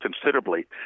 considerably